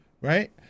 Right